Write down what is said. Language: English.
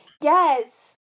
Yes